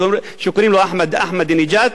שקוראים לו אחמדינג'אד,